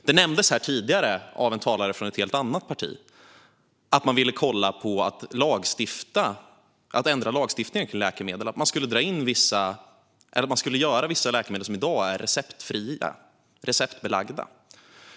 Det nämndes här tidigare av en talare från ett helt annat parti att man vill kolla på att ändra lagstiftningen för läkemedel och att man skulle göra vissa läkemedel som i dag är receptfria receptbelagda.